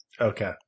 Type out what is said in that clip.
Okay